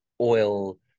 oil